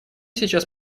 сейчас